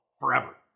forever